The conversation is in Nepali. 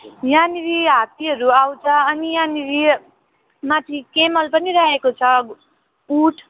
यहाँनिर हात्तीहरू आउँछ अनि यहाँनिर माथि केमल पनि राखेको छ ऊँठ